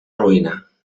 ruïna